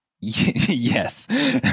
yes